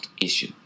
issue